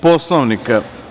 Poslovnika?